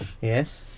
Yes